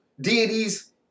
deities